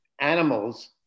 animals